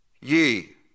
ye